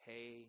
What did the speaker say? Hey